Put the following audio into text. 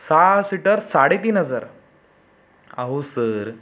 सहा सीटर साडे तीन हजार अहो सर